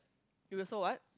you also what